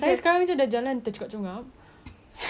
saya muda tapi badan macam dah orang tua gitu